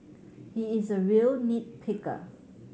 he is a real nit picker